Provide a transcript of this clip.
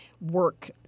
work